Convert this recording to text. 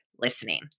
listening